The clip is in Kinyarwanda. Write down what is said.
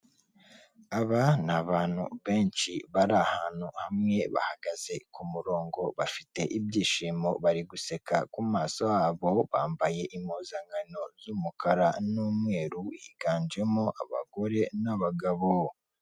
Aba ni abantu benshi, bari ahantu hamwe, bahagaze ku murongo, bafite ibyishimo, bari guseka ku maso habo, bambaye impuzankano z'umukara n'umweru, higanjemo abagore n'abagabo.